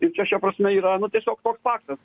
ir čia šia prasme yra na tiesiog toks faktas